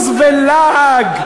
בוז ולעג.